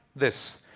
this.